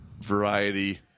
variety